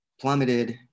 plummeted